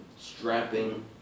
strapping